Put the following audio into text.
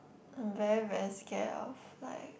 I am very very scared of like